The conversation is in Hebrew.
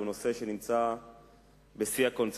הוא נושא שנמצא בשיא הקונסנזוס.